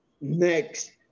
Next